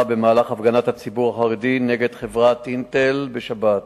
במהלך הפגנת הציבור החרדי נגד חברת "אינטל" בשבת.